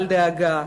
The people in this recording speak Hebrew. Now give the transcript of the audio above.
אל דאגה,